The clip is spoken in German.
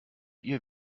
ihr